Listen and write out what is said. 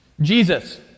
Jesus